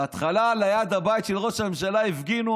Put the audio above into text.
בהתחלה ליד הבית של ראש הממשלה הפגינו,